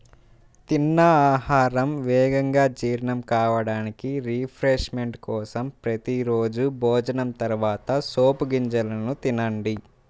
తిన్న ఆహారం వేగంగా జీర్ణం కావడానికి, రిఫ్రెష్మెంట్ కోసం ప్రతి రోజూ భోజనం తర్వాత సోపు గింజలను తినండి